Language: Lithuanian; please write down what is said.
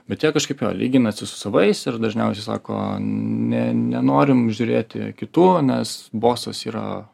bet jie kažkaip jo lyginasi su savais ir dažniausiai sako ne nenorim žiūrėti kitų nes bosas yra